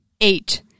Eight